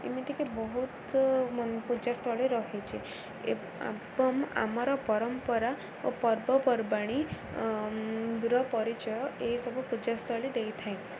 ଏମିତିକି ବହୁତ ପୂଜାସ୍ଥଳୀ ରହିଛି ଏବଂ ଆମର ପରମ୍ପରା ଓ ପର୍ବପର୍ବାଣୀର ପରିଚୟ ଏସବୁ ପୂଜାସ୍ଥଳୀ ଦେଇଥାଏ